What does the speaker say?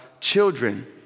children